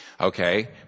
Okay